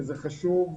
שזה חשוב,